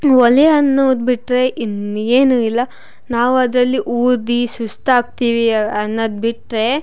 ಒಲೆ ಅನ್ನೋದು ಬಿಟ್ಟರೆ ಇನ್ನೇನು ಇಲ್ಲ ನಾವು ಅದರಲ್ಲಿ ಊದಿ ಸುಸ್ತು ಆಗ್ತೀವಿ ಅ ಅನ್ನೋದು ಬಿಟ್ಟರೆ